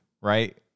right